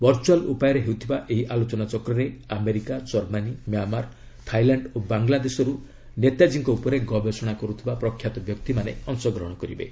virtual ଉପାୟରେ ହେଉଥିବା ଏହି ଆଲୋଚନା ଚକ୍ରରେ ଆମେରିକା ଜର୍ମାନୀ ମ୍ୟାମାର ଥାଇଲ୍ୟାଣ୍ଡ୍ ଓ ବାଂଲାଦେଶରୁ ନେତାଜୀଙ୍କ ଉପରେ ଗବେଷଣା କରୁଥିବା ପ୍ରଖ୍ୟାତ ବ୍ୟକ୍ତିମାନେ ଅଂଶଗ୍ରହଣ କରିବେ